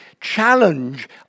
challenge